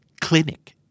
Clinic